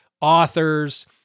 authors